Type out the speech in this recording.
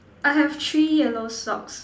I have three yellow socks